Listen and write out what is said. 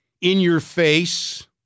in-your-face